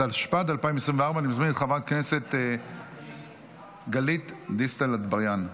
התשפ"ד 2024. אני מזמין את חברת הכנסת גלית דיסטל אטבריאן.